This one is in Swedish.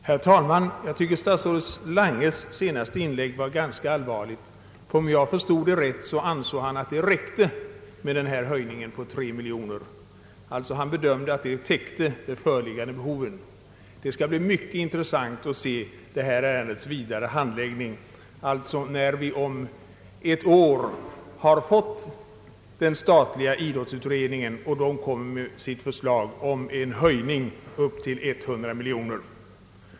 Herr talman! Jag tycker att statsrådet Langes senaste inlägg var ganska allvarligt. Om jag förstod honom rätt ansåg han att en höjning på tre miljoner kronor var tillräcklig. Han bedömde alltså att den summan skulle komma att täcka de föreliggande behoven. Det skall bli mycket intressant att följa detta ärendes vidare handläggning, när vi om ett år fått den statliga idrottsutredningen och den framlagt sitt förslag om en höjning upp till 100 miljoner kronor.